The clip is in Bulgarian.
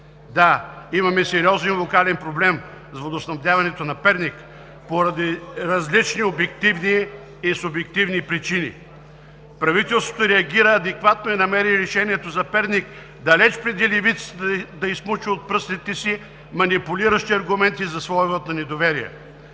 Да, имаме сериозен локален проблем с водоснабдяването на Перник поради различни обективни и субективни причини. Правителството реагира адекватно и намери решението за Перник далеч преди левицата да изсмуче от пръстите си манипулиращи аргументи за своя вот на недоверие.